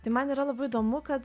tai man yra labai įdomu kad